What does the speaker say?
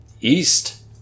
east